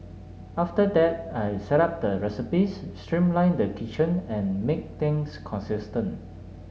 after that I set up the recipes streamlined the kitchen and made things consistent